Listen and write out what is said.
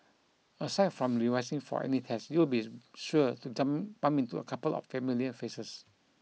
aside from revising for any tests you'll be sure to bump into a couple of familiar faces